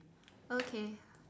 okay